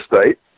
state